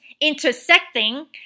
intersecting